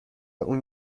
اون